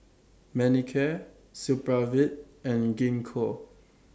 Manicare Supravit and Gingko